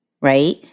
Right